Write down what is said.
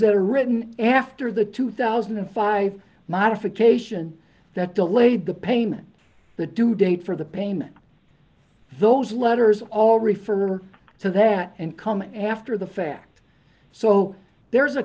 that are written after the two thousand and five modification that delayed the payment the due date for the payment those letters all refer to that and come after the fact so there is a